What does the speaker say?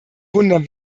wundern